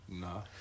No